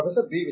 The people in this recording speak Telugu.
professor B